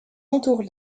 entourent